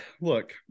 look